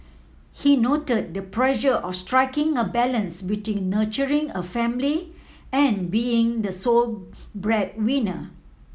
he noted the pressure of striking a balance between nurturing a family and being the sole breadwinner